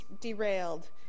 derailed